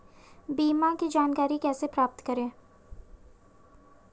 बीमा की जानकारी प्राप्त कैसे करें?